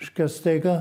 reiškia staiga